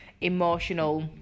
emotional